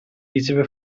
riceve